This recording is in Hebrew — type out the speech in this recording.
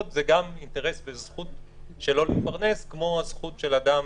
זה גם אינטרס וזכותו להתפרנס כמו גם הזכות של אדם